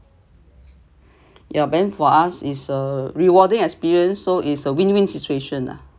ya then for us is a rewarding experience so it's a win win situation lah